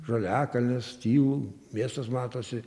žaliakalnis tylu miestas matosi